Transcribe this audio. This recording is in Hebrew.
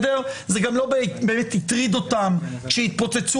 זה גם לא באמת הטריד אותם שהתפוצצו